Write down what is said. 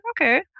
Okay